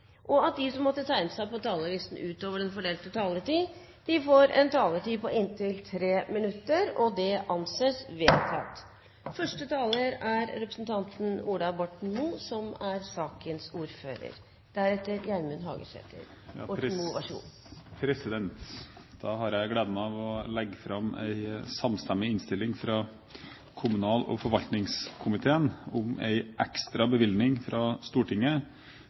og at de som måtte tegne seg på talerlisten utover den fordelte taletid, får en taletid på inntil 3 minutter. – Det anses vedtatt. Da har jeg gleden av å legge fram en samstemmig innstilling fra kommunal- og forvaltningskomiteen om en ekstra bevilgning fra Stortinget for å være med og avhjelpe situasjonen for dem som trenger det mest grunnet høye energiutgifter. Bakgrunnen er veldig enkel. Lite vann og